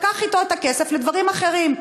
לקח אתו את הכסף לדברים אחרים.